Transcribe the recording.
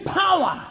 power